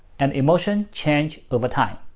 and emotion change over time.